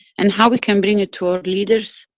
and how we can bring it to our leaders,